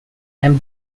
and